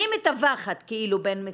אני מתווכת בין משרדים.